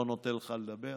לא נותן לך לדבר.